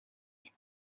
him